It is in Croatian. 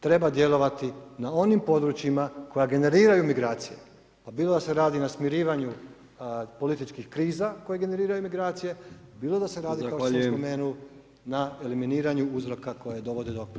Treba djelovati na onim područjima koja generiraju migracije, pa bilo da se radi na smirivanju političkih kriza koje generiraju migracije, bilo da se radi [[Upadica: Zahvaljujem.]] kao što sam spomenuo na eliminiraju uzroka koji dovode do